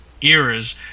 eras